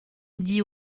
dit